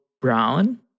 brown